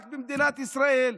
רק במדינת ישראל.